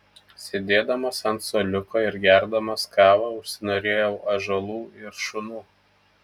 sėdėdamas ant suoliuko ir gerdamas kavą užsinorėjau ąžuolų ir šunų